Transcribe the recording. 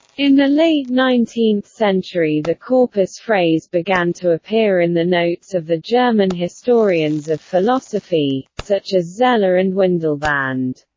in the late nineteenth century the corpus phrase began to appear in the notes of the german historians of philosophy, such as zeller and windelband.